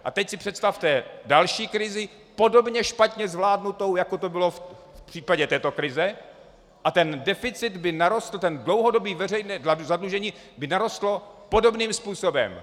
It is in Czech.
A teď si představte další krizi, podobně špatně zvládnutou, jako to bylo v případě této krize, a ten deficit, to dlouhodobé veřejné zadlužení by narostlo podobným způsobem.